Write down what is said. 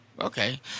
okay